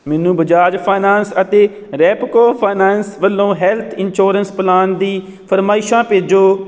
ਮੈਨੂੰ ਬਜਾਜ ਫਾਇਨਾਂਸ ਅਤੇ ਰੈਪਕੋ ਫਾਇਨਾਂਸ ਵੱਲੋ ਹੈੱਲਥ ਇਨਸ਼ੋਰੈਂਸ ਪਲਾਨ ਦੀ ਫਰਮਾਇਸ਼ਾ ਭੇਜੋ